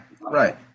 right